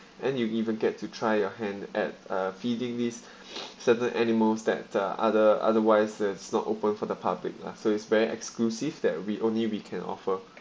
and you even get to try your hand at uh feeding these certain animals that uh other otherwise that's not open for the public lah so it's very exclusive that we only we can offer